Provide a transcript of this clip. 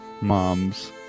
mom's